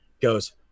goes